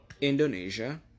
Indonesia